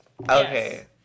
okay